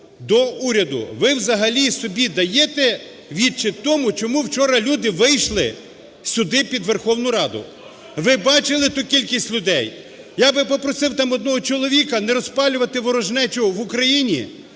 Ви взагалі собі даєте відчіт тому, чому вчора люди вийшли сюди, під Верховну Раду? Ви бачили ту кількість людей? Я би попросив там одного чоловіка не розпалювати ворожнечу в Україні.